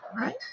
right